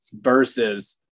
versus